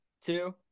two